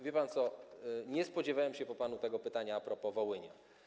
Wie pan co, nie spodziewałem się po panu tego pytania a propos Wołynia.